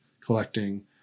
collecting